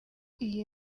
iyi